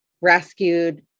rescued